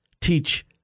teach